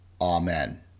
Amen